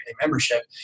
membership